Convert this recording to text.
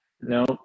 no